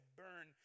burn